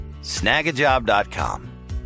Snagajob.com